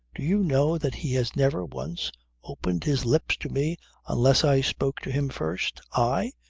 do you know that he has never once opened his lips to me unless i spoke to him first? i?